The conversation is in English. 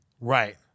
right